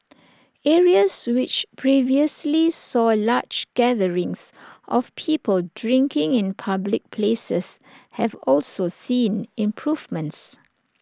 areas which previously saw large gatherings of people drinking in public places have also seen improvements